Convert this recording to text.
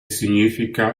significa